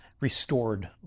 restored